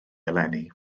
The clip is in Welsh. eleni